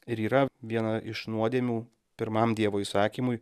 ir yra viena iš nuodėmių pirmam dievo įsakymui